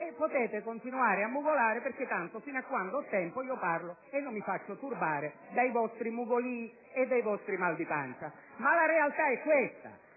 E potete continuare a mugolare, perché tanto, fino a quando ho tempo, parlo e non mi faccio turbare dai vostri mugolii e dai vostri mal di pancia. *(Applausi